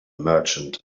merchant